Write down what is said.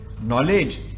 knowledge